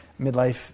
midlife